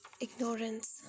ignorance